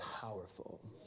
powerful